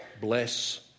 bless